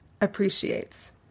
appreciates